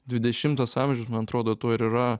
dvidešimtas amžius man atrodo tuo ir yra